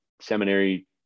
seminary